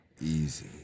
Easy